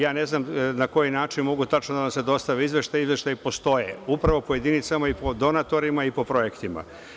Ja ne znam na koji način mogu tačno da vam se dostave izveštaji, ali ti izveštaji postoje, upravo po jedinicama, po donatorima i po projektima.